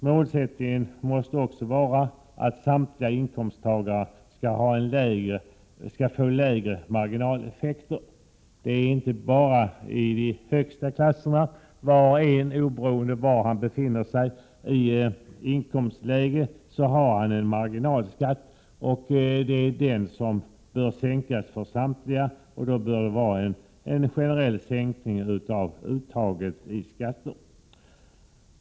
Målsättningen måste vara att samtliga inkomsttagare skall få lägre marginaleffekter. Var och en, oberoende av var han befinner sig i inkomstlä ge, har marginalskatt, och den bör sänkas för alla. En generell sänkning av skatteuttaget bör komma till stånd.